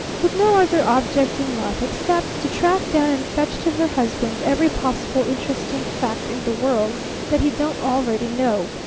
with no other object in life except to track down and fetch to her husband every possible interesting fact in the world that he don't already know.